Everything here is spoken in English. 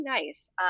nice